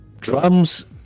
Drums